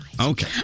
Okay